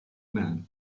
man